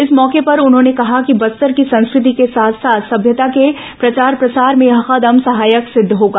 इस मौके पर उन्होंने कहा कि बस्तर की संस्कृति के साथ साथ सम्यता के प्रचार प्रसार में यह कदम सहायक सिद्ध होगा